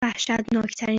وحشتناکترین